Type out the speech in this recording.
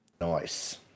Nice